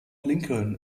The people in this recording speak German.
lincoln